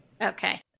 Okay